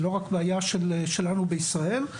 היא לא רק בעיה שלנו בישראל.